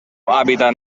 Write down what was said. hàbitat